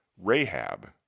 Rahab